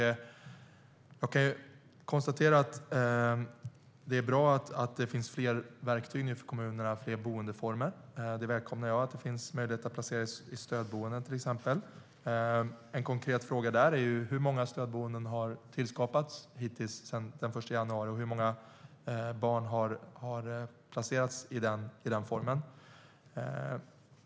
Jag kan konstatera att det är bra att det nu finns fler verktyg för kommunerna, fler boendeformer. Jag välkomnar att det finns möjlighet att placera i till exempel stödboende. En konkret fråga där är: Hur många stödboenden har tillskapats sedan den 1 januari, och hur många barn har placerats i den boendeformen?